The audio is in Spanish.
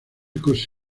los